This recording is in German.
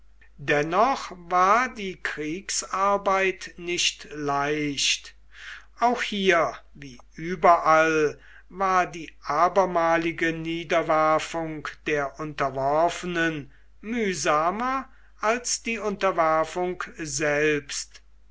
dennoch war die kriegsarbeit nicht leicht auch hier wie überall war die abermalige niederwerfung der unterworfenen mühsamer als die unterwerfung selbst